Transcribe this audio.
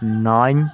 nine